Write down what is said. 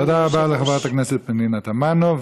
תודה רבה לחברת הכנסת פנינה תמנו.